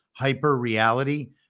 hyperreality